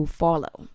follow